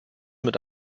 mit